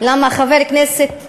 למה חבר כנסת ציוני,